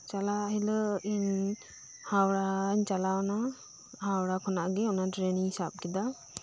ᱪᱟᱞᱟᱜ ᱦᱤᱞᱳᱜ ᱤᱧ ᱦᱟᱣᱲᱟᱧ ᱪᱟᱞᱟᱣᱱᱟ ᱦᱟᱣᱲᱟ ᱠᱷᱚᱱᱟᱜ ᱜᱮ ᱚᱱᱟ ᱴᱨᱮᱹᱱ ᱤᱧ ᱥᱟᱵ ᱠᱮᱫᱟ